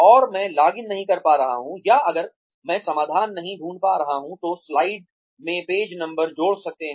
और मैं लॉगिन नहीं कर पा रहा हूँ या अगर मैं समाधान नहीं ढूंढ पा रहा हूँ तो स्लाइड में पेज नंबर जोड़ सकते हैं